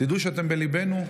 תדעו שאתם בליבנו.